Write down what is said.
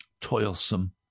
toilsome